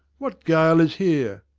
what guile is here?